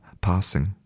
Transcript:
passing